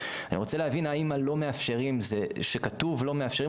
אני רוצה להבין האם 'הלא מאפשרים' שכתוב 'לא מאפשרים',